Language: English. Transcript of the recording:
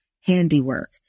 handiwork